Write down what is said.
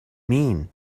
mean